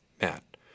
Matt